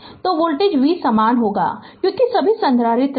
तो voltage v समान होगा क्योंकि सभी संधारित्र है